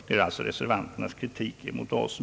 Det är alltså reservanternas kritik mot oss.